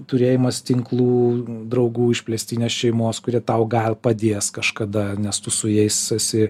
turėjimas tinklų draugų išplėstinės šeimos kurie tau gal padės kažkada nes tu su jais esi